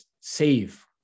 save